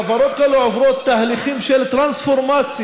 חברות כאלה עוברות תהליכים של טרנספורמציה.